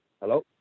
Hello